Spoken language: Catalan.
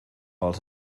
els